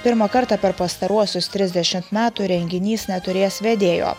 pirmą kartą per pastaruosius trisdešimt metų renginys neturės vedėjo